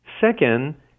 Second